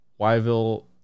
Wyville